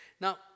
Now